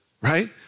right